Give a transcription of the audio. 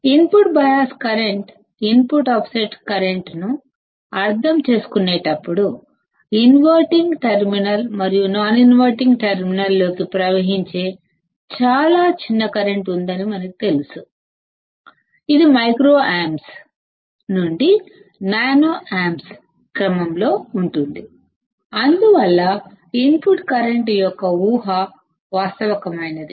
input bias current input offset కరెంట్ను అర్థం చేసుకునేటప్పుడు ఇన్వర్టింగ్ టెర్మినల్ మరియు నాన్ ఇన్వర్టింగ్ టెర్మినల్ లోకి ప్రవహించే చాలా చిన్న కరెంట్ ఉందని మనకి తెలుసు ఇది మైక్రో ఆంప్స్నుండి నానో ఆంప్స్ క్రమంలో ఉంటుంది అందువల్ల ఇన్పుట్ కరెంట్ శూన్యం అనే ఊహ వాస్తవికమైనది